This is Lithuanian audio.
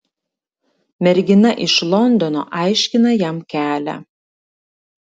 mergina iš londono aiškina jam kelią